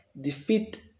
Defeat